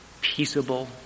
peaceable